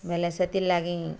ବେଲେ ସେଥିର୍ ଲାଗି